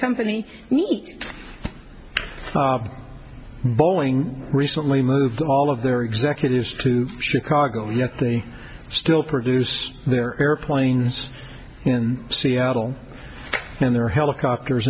company needs boeing recently moved all of their executives to chicago yet they still produce their airplanes in seattle and their helicopters